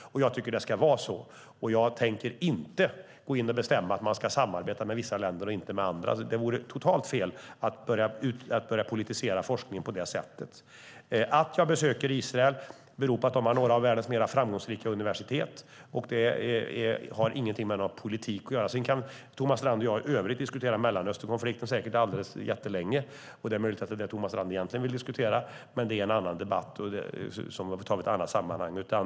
Jag tycker att det ska vara så. Jag tänker inte gå in och bestämma att man ska samarbeta med vissa länder och inte med andra. Det vore totalt fel att börja politisera forskningen på det sättet. Att jag besöker Israel beror på att de har några av världens mer framgångsrika universitet, och det har ingenting med politik att göra. Sedan kan Thomas Strand och jag i övrigt diskutera Mellanösternkonflikten, säkert jättelänge. Det är möjligt att det är det Thomas Strand egentligen vill diskutera, men det är en annan debatt som vi får ta i ett annat sammanhang.